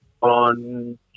on